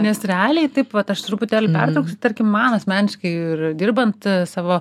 nes realiai taip vat aš truputėlį pertrauksiu tarkim man asmeniškai ir dirbant savo